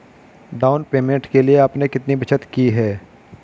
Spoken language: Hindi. डाउन पेमेंट के लिए आपने कितनी बचत की है?